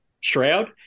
shroud